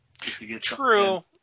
True